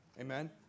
Amen